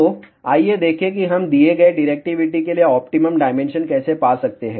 तो आइए देखें कि हम दिए गए डिरेक्टिविटी के लिए ऑप्टिमम डायमेंशन कैसे पा सकते हैं